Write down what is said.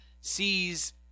sees